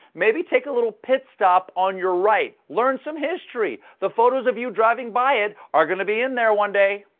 maybe take a little pit stop on your right. learn some history! the photos of you driving by it are going to be in there one day.